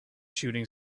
shooting